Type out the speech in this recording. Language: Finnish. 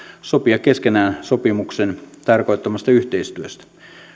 sopia keskenään sopimuksen tarkoittamasta yhteistyöstä